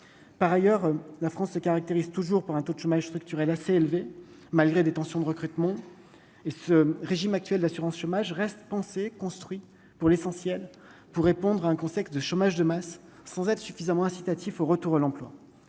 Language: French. par ailleurs, la France se caractérise toujours par un taux de chômage structurel assez élevés malgré des tensions de recrutement et ce régime actuel de l'assurance chômage reste pensés, construit pour l'essentiel, pour répondre à un contexte de chômage de masse sans être suffisamment incitatifs au retour à l'emploi,